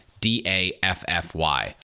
D-A-F-F-Y